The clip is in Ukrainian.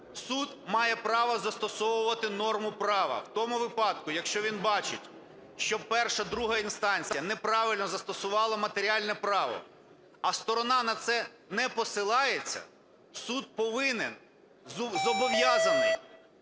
Суд має право застосовувати норму права. В тому випадку, якщо він бачить, що перша, друга інстанція неправильно застосувала матеріальне право, а сторона на це не посилається, суд повинен, зобов'язаний